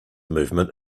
movement